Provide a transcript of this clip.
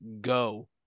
go